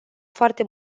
foarte